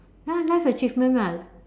ya life achievement [what]